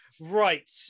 Right